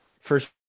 first